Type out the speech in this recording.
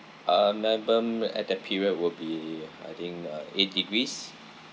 uh melbourne at the period will be I think uh eight degrees